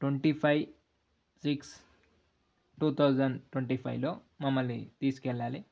twenty five six two thousand twenty ఫైవ్లో మమ్మల్ని తీసుకు వెళ్ళాలి